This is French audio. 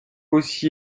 aussi